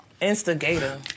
Instigator